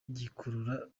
gikurura